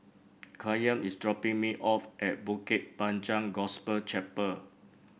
Kyan is dropping me off at Bukit Panjang Gospel Chapel